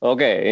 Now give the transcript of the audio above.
Okay